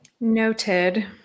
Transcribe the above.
Noted